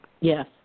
Yes